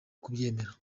kubyemera